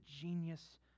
genius